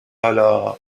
حاال